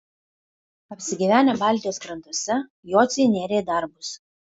apsigyvenę baltijos krantuose jociai nėrė į darbus